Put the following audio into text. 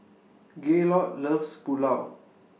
Gaylord loves Pulao